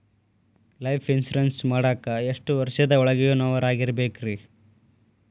Life insurance ಮಾಡಾಕ ಎಷ್ಟು ವರ್ಷದ ಒಳಗಿನವರಾಗಿರಬೇಕ್ರಿ?